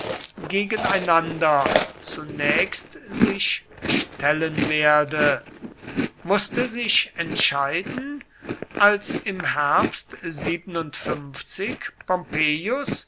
gegeneinander zunächst sich stellen werde mußte sich entscheiden als im herbst pompeius